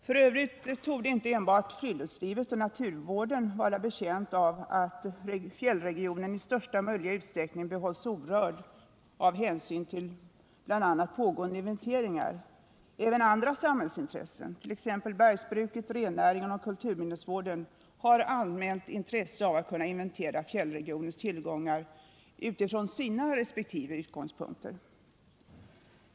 F. ö. torde inte enbart friluftslivet och naturvården vara betjänta av att fjällregionen i största möjliga utsträckning behålls orörd av hänsyn till bl.a. pågående inventeringar. Även andra samhällsintressen — t.ex. Nr 52 bergsbruket, rennäringen och Kulturminnesvården — har anmält intresse Torsdagen den av att kunna inventera fjällregionens tillgångar utifrån sina resp. utgångs 15 december 1977 punkter.